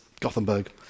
Gothenburg